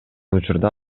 учурда